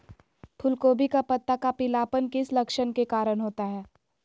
फूलगोभी का पत्ता का पीलापन किस लक्षण के कारण होता है?